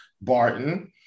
Barton